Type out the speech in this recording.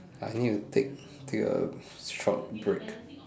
I need take take a short break